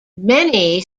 many